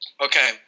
Okay